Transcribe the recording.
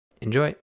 enjoy